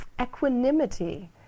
equanimity